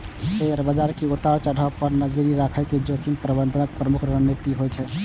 share बाजार के उतार चढ़ाव पर नजरि राखब जोखिम प्रबंधनक प्रमुख रणनीति होइ छै